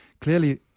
clearly